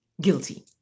Guilty